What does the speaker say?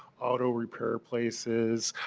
auto repair places,